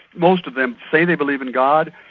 most of them say they believe in god,